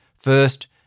First